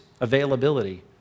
availability